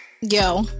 yo